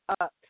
up